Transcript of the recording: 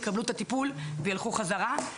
יקבלו את הטיפול וילכו חזרה.